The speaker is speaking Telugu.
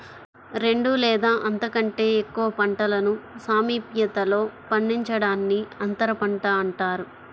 రెండు లేదా అంతకంటే ఎక్కువ పంటలను సామీప్యతలో పండించడాన్ని అంతరపంట అంటారు